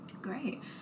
Great